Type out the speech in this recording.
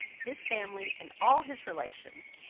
his family, and all his relations,